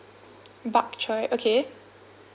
bok choy okay